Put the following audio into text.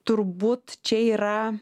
turbūt čia yra